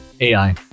AI